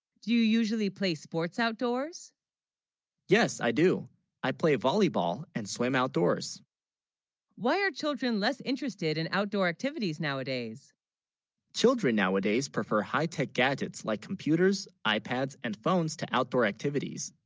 do you, usually play sports outdoors yes i do i play volleyball and swim out doors why are children less interested in outdoor activities nowadays children nowadays prefer high-tech gadgets like computers ipads and phones to outdoor activities,